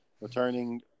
returning